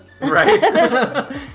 Right